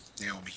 Naomi